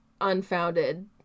unfounded